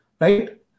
right